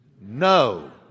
No